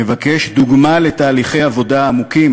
מבקש דוגמה לתהליכי עבודה עמוקים